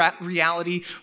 reality